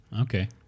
Okay